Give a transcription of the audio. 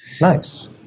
Nice